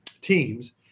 teams